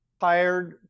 hired